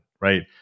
right